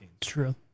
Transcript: true